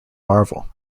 marvel